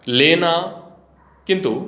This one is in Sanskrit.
लेना किन्तु